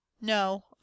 No